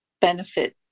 benefit